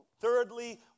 Thirdly